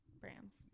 brands